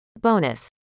Bonus